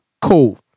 Cool